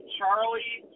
Charlie